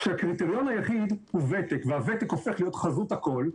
כשקריטריון היחיד הוא ותק והוותק הופך להיות חזות הכול,